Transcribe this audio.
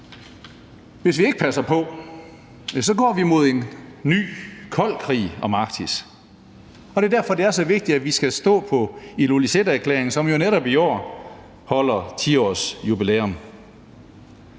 Hvis vi ikke passer på, går vi mod en ny kold krig om Arktis, og det er derfor, at det er så vigtigt, at vi skal stå på Ilulissaterklæringen, som jo netop i år holder 10-årsjubilæum.